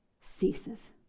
ceases